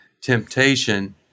temptation